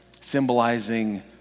symbolizing